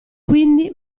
quindi